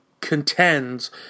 contends